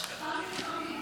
ימין.